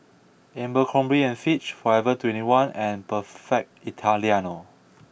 Abercrombie and Fitch Forever Twenty One and Perfect Italiano